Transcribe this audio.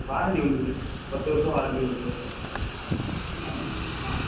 warranty உண்டு sir பத்து வருஷம் வாரண்டி உண்டு சார் ம் ஆ